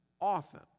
Often